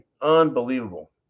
Unbelievable